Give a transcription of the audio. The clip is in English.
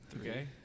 okay